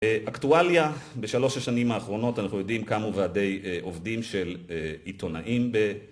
אקטואליה, בשלוש השנים האחרונות אנחנו יודעים כמה ועדי עובדים של עיתונאים